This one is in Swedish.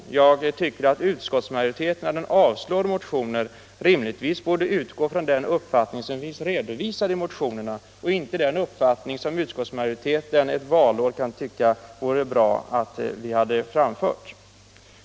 60 Jag tycker att utskottsmajorileten, när den avstyrker motioner, rimligtvis borde utgå från den uppfattning som finns redovisad'i motionerna och inte ifrån den uppfattning som utskottsmajoriteten under ett valår kan tycka vore bra att vi hade framfört.